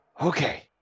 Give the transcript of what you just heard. Okay